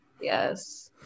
yes